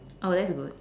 oh that's good